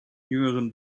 jüngeren